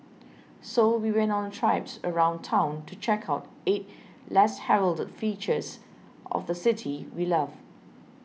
so we went on a traipse around town to check out eight less heralded fixtures of the city we love